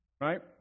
right